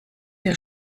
der